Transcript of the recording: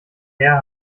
her